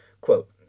Quote